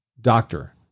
Doctor